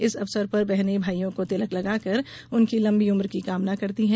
इस अवसर पर बहने भाइयों को तिलक लगाकर उनकी लम्बी उम्र की कामना करती हैं